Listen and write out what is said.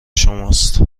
شماست